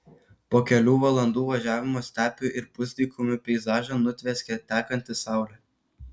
po kelių valandų važiavimo stepių ir pusdykumių peizažą nutvieskė tekanti saulė